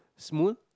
small